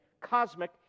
cosmic